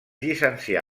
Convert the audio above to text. llicencià